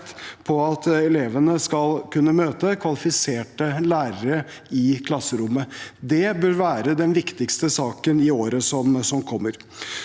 på at elevene skal kunne møte kvalifiserte lærere i klasserommet. Det bør være den viktigste saken i året som kommer.